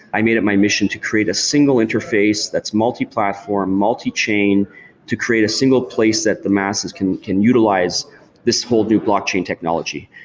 i made it my mission to create a single-interface that's multi-platform, multi-chain to create a single place that the masses can can utilize this whole new blockchain technology.